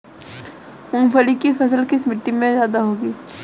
मूंगफली की फसल किस मिट्टी में ज्यादा होगी?